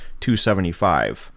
275